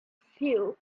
view